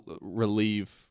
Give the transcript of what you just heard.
relieve